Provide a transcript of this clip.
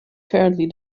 currently